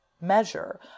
measure